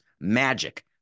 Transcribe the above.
Magic